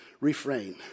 refrain